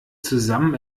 zusammen